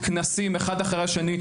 כנסים אחד אחרי השני,